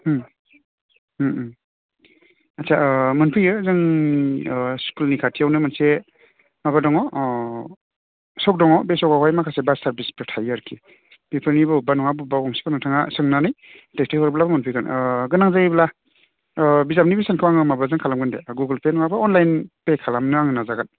उम उम उम आदसा ओह मोनफैयो जों ओह स्कुलनि खाथियावनो मोनसे माबा दङ अह सक दङ बे सकावहाय माखासे बास सारबिसफोर थायो आरोखि बेफोरनि बबेबा नङा बबेबा गंसेखौ नोंथाङा सोंनानै दैथाइ हरोब्ला मोनफैगोन आह गोनां जायोब्ला ओह बिजाबनि बेसेनखौ आङो माबाजों खालामगोन दे ओह गुगोल पे नङाबा अनलाइन पे खालामनो आं नाजागोन